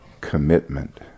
commitment